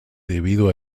debido